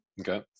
okay